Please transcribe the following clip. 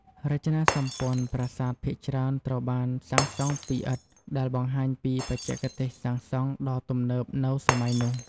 រចនាសម្ព័ន្ធប្រាសាទភាគច្រើនត្រូវបានសាងសង់ពីឥដ្ឋ ដែលបង្ហាញពីបច្ចេកទេសសាងសង់ដ៏ទំនើបនៅសម័យនោះ។